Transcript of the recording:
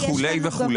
וכו'.